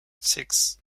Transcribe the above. six